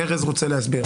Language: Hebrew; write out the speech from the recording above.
אם ארז רוצה להסביר,